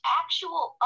actual